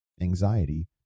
anxiety